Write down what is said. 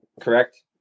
correct